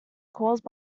caused